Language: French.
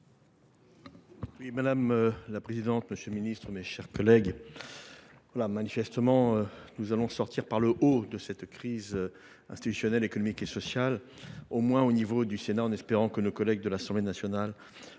Madame la présidente, monsieur le ministre, mes chers collègues, manifestement, nous allons sortir par le haut de cette crise institutionnelle, économique et sociale, tout au moins au niveau du Sénat. J’espère que nos collègues de l’Assemblée nationale